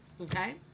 okay